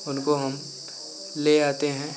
उनको हम ले आते हैं